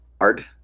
hard